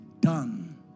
done